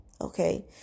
okay